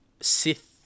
Sith